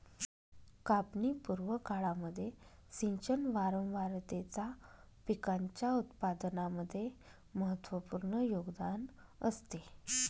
कापणी पूर्व काळामध्ये सिंचन वारंवारतेचा पिकाच्या उत्पादनामध्ये महत्त्वपूर्ण योगदान असते